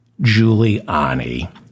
Giuliani